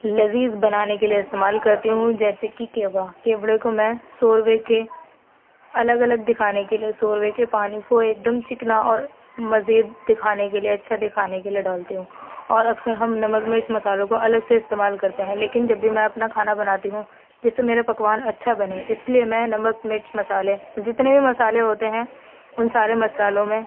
لذیذ بنانے کے لیے استعمال کرتی ہوں جیسے کہ کیوڑا کیوڑے کو میں شوربے کے الگ الگ دکھانے کے لیے شوربے کے پانی کو ایک دم چکنا اور مزید دکھانے کے لیے اچھا دکھانے کے لیے ڈالتی ہوں اور اکثر ہم نمک مرچ مسالوں کو الگ سے استعمال کرتے ہیں لیکن جب بھی میں اپنا کھانا بناتی ہوں جس سے میرا پکوان اچھا بنے اس لیے میں نمک مرچ مسالے جتنے بھی مسالے ہوتے ہیں ان سارے مسالوں میں